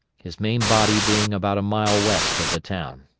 his main body being about a mile west of the town.